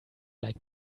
like